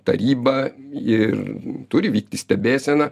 taryba ir turi vykti stebėsena